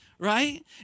Right